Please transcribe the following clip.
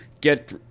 get